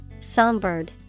Songbird